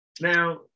Now